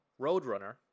Roadrunner